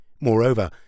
Moreover